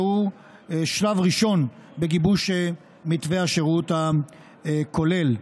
שהוא שלב ראשון בגיבוש מתווה השירות הכולל.